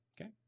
Okay